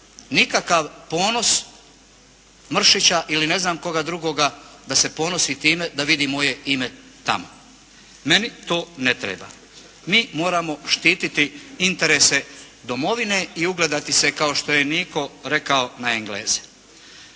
nikakav ponos Mršića ili ne znam koga drugoga da se ponosi time da vidi moje ime tamo. Meni to ne treba. Mi moramo štititi interese domovine i ugledati se kao što je Niko rekao, na Engleze.